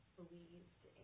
believed